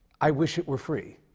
i wish it were free,